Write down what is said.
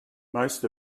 most